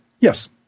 Yes